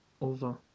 over